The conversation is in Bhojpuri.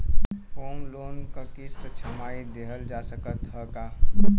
होम लोन क किस्त छमाही देहल जा सकत ह का?